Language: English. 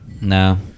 No